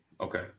okay